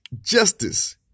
justice